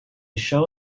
show